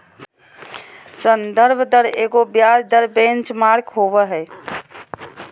संदर्भ दर एगो ब्याज दर बेंचमार्क होबो हइ